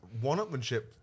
one-upmanship